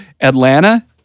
Atlanta